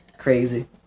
crazy